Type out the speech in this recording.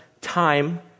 time